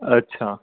अच्छा